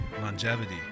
longevity